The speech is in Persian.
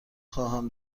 خواهم